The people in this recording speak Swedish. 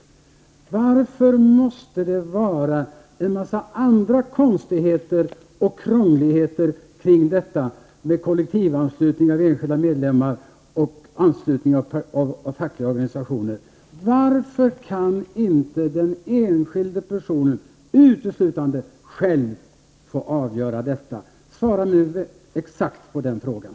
Varför det måste det vara en massa konstigheter och krångligheter i detta med kollektivanslutningen av medlemmar i fackliga organisationer? Varför kan inte den enskilda människan helt och hållet själv få avgöra detta? Svara nu exakt på den frågan!